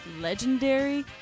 legendary